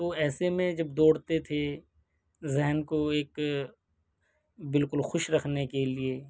تو ایسے میں جب دوڑتے تھے ذہن کو ایک بالکل خوش رکھنے کے لیے